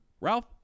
Ralph